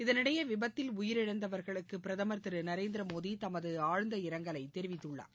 இதனிடையே விபத்தில் உயிரிழந்தவர்களுக்கு பிரதமர் திரு நரேந்திர மோடி தமது ஆழ்ந்த இரங்கலை தெரிவித்துள்ளார்